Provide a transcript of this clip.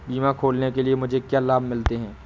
बीमा खोलने के लिए मुझे क्या लाभ मिलते हैं?